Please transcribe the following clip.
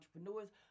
entrepreneurs